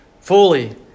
fully